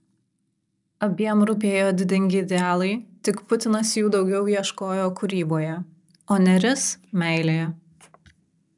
abiem rūpėjo didingi idealai tik putinas jų daugiau ieškojo kūryboje o nėris meilėje